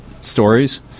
stories